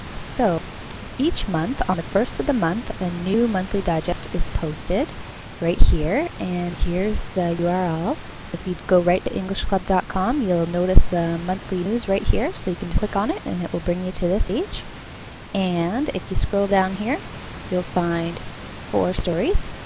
so each month on the first of the month a new monthly digest is posted right here and here's the url so if you'd go right to englishclub dot com you'll notice the monthly news right here so you can click on it and it will bring you to this page and if you scroll down here you'll find four stories.